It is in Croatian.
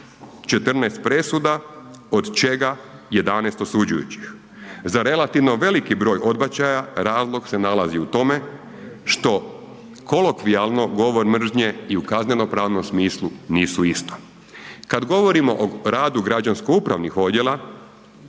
14 presuda od čega 11 osuđujućih. Za relativno veliki broj odbačaja razlog se nalazi u tome što kolokvijalno govor mržnje i u kazneno pravnom smislu nisu isto. Kad govorimo o radu građansko upravnih odjela,